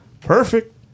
perfect